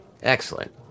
excellent